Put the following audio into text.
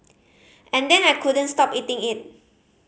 and then I couldn't stop eating it